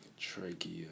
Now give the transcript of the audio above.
trachea